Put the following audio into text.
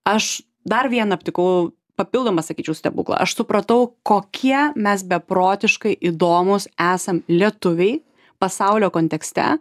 aš dar vieną aptikau papildomą sakyčiau stebuklą aš supratau kokie mes beprotiškai įdomūs esam lietuviai pasaulio kontekste